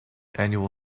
annual